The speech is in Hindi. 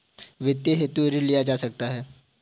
वित्तीयन हेतु ऋण लिया जा सकता है